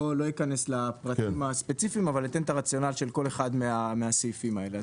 לא אכנס לפרטים הספציפיים אבל אתן את הרציונל של כל אחד מהסעיפים האלה.